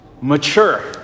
mature